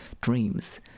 dreams